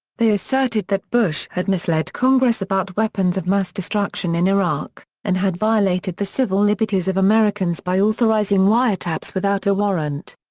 they asserted that bush had misled congress about weapons of mass destruction in iraq, and had violated the civil liberties of americans by authorizing wiretaps without a warrant.